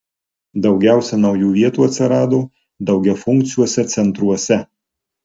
daugiausia naujų vietų atsirado daugiafunkciuose centruose